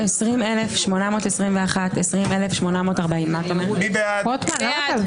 20,821 עד 20,840. מי בעד?